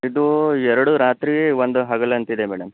ಇದು ಎರಡು ರಾತ್ರಿ ಒಂದು ಹಗಲಂತಿದೆ ಮೇಡಮ್